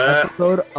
episode